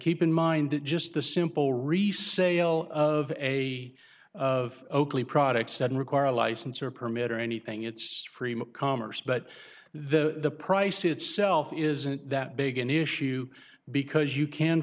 keep in mind that just the simple resale of a of oakley products that require a license or permit or anything it's prima commerce but the price itself isn't that big an issue because you can